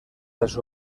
les